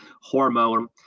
hormone